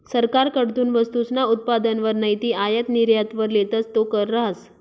सरकारकडथून वस्तूसना उत्पादनवर नैते आयात निर्यातवर लेतस तो कर रहास